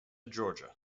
georgia